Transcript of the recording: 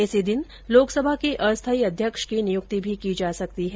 इसी दिन लोकसभा के अस्थाई अध्यक्ष की नियुक्ति भी की जा सकती है